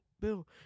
Bill